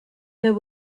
there